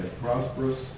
prosperous